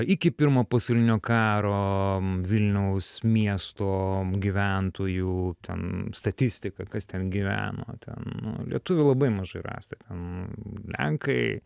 iki pirmo pasaulinio karo vilniaus miesto gyventojų ten statistika kas ten gyveno ten nu lietuvių labai mažai rasta ten lenkai